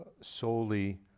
solely